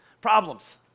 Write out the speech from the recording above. problems